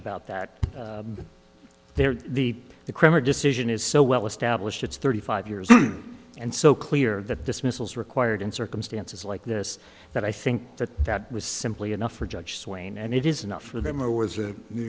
about that there the the crime or decision is so well established it's thirty five years and so clear that this missiles required in circumstances like this that i think that that was simply enough for judge swain and it is enough for them or was a new